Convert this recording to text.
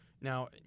Now